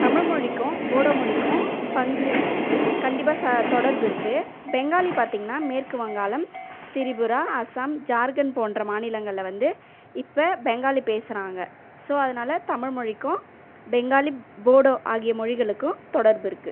தமிழ் மொழிக்கும் போடோ மொழிக்கும் பங்கு கண்டிப்பாக தொடர்பு இருக்குது பெங்காலி பார்த்தீங்கன்னா மேற்கு வங்காளம் திரிபுரா அசாம் ஜார்கண்ட் போன்ற மாநிலங்களில் வந்து இப்போ பெங்காலி பேசுறாங்க ஸோ அதனால் தமிழ் மொழிக்கும் பெங்காலி போடோ ஆகிய மொழிகளுக்கும் தொடர்பு இருக்குது